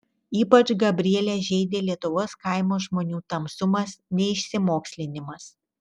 ypač gabrielę žeidė lietuvos kaimo žmonių tamsumas neišsimokslinimas